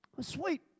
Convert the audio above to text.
sweet